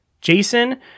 Jason